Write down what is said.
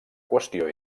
qüestió